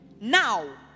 Now